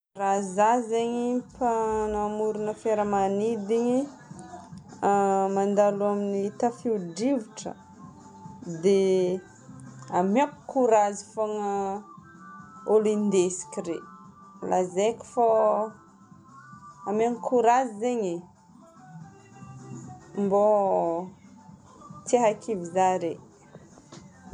Raha za zegny mpanamorina fiaramanidiny mandalo amin'ny tafio-drivotra, dia ameko courage fôgna olo indesiko regny. Lazaiko fô, ameko courage zegny e, mbô tsy hahakivy zare.